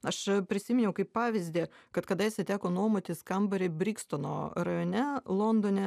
aš prisiminiau kaip pavyzdį kad kadaise teko nuomotis kambarį brikstono rajone londone